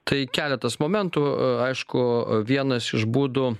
tai keletas momentų aišku vienas iš būdų